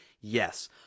yes